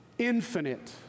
infinite